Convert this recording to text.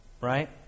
Right